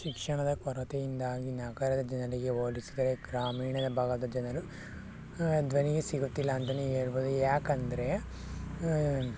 ಶಿಕ್ಷಣದ ಕೊರತೆಯಿಂದಾಗಿ ನಗರದ ಜನರಿಗೆ ಹೋಲಿಸಿದರೆ ಗ್ರಾಮೀಣದ ಭಾಗದ ಜನರು ಧ್ವನಿಗೆ ಸಿಗುತ್ತಿಲ್ಲ ಅಂತಾನೇ ಹೇಳ್ಬೋದು ಯಾಕಂದರೆ